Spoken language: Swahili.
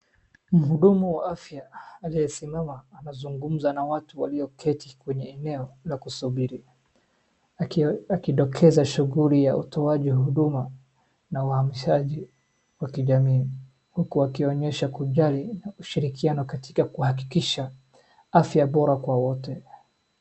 Mhudumu wa afya aliyesimama anazugumza na watu walioketi kwenye eneo la kusubiri akindokeza shughuli ya utoaji huduma na uamshaji wa kijamii. Huku akionyesha kujali na ushirikiano katika kuhakikisha afya bora kwa wote.